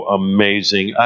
amazing